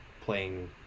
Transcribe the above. playing